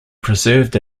preserved